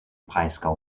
breisgau